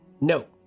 no